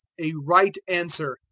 a right answer,